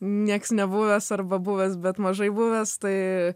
nieks nebuvęs arba buvęs bet mažai buvęs tai